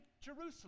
Jerusalem